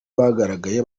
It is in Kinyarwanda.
bagaragaye